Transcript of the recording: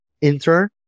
intern